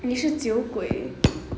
你是酒鬼